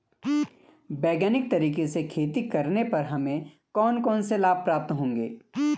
वैज्ञानिक तरीके से खेती करने पर हमें कौन कौन से लाभ प्राप्त होंगे?